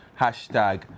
hashtag